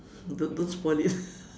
don't don't spoil it